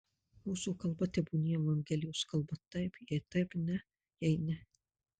mūsų kalba tebūnie evangelijos kalba taip jei taip ne jei ne